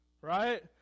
Right